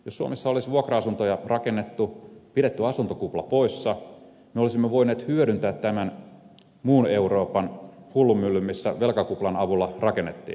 jos suomessa olisi vuokra asuntoja rakennettu pidetty asuntokupla poissa me olisimme voineet hyödyntää tämän muun euroopan hullunmyllyn missä velkakuplan avulla rakennettiin